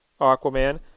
Aquaman